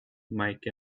mike